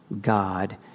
God